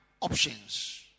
options